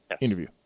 interview